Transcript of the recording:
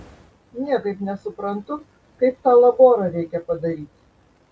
niekaip nesuprantu kaip tą laborą reikia padaryt